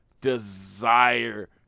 desire